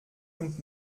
und